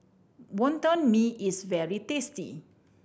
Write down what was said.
Wonton Mee is very tasty